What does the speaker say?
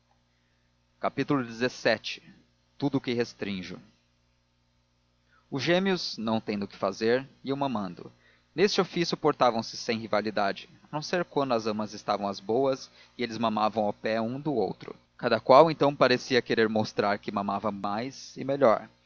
gêmeos xvii tudo o que restrinjo os gêmeos não tendo que fazer iam mamando nesse ofício portavam se sem rivalidade a não ser quando as amas estavam às boas e eles mamavam ao pé um do outro cada qual então parecia querer mostrar que mamava mais e melhor